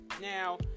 Now